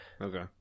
Okay